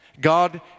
God